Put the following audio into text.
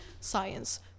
science